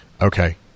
okay